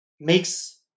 makes